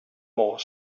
more